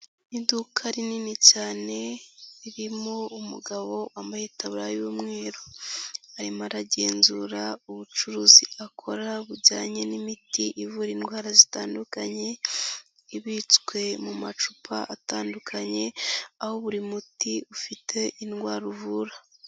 Iduka rinini cyane ririmo umugabo wambaye itaburiya y'umweru, arimo aragenzura ubucuruzi akora bujyanye n'imiti ivura indwara zitandukanye, ibitswe mu macupa atandukanye aho buri muti ufite indwara uvura.